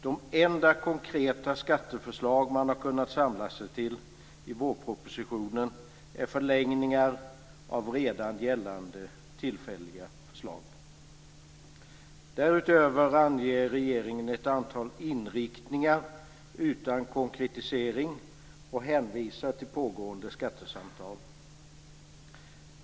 De enda konkreta skatteförslag man har kunnat samla sig till i vårpropositionen är förlängningar av redan gällande tillfälliga förslag. Därutöver anger regeringen ett antal inriktningar utan konkretisering och hänvisar till pågående skattesamtal.